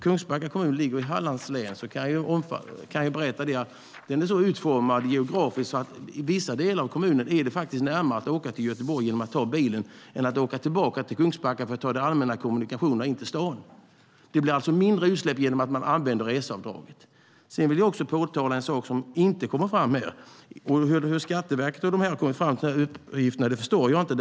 Kungsbacka kommun ligger i Hallands län, och jag kan berätta att den är så utformad geografiskt att det i vissa delar av kommunen faktiskt är närmare att åka till Göteborg genom att ta bilen än genom att åka tillbaka till Kungsbacka för att ta de allmänna kommunikationerna in till staden. Det blir alltså mindre utsläpp genom att man använder reseavdraget. Sedan vill jag påtala en sak som inte har kommit fram. Hur Skatteverket har kommit fram till de här uppgifterna förstår jag inte.